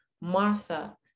Martha